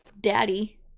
Daddy